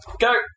Go